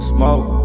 Smoke